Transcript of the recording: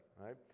right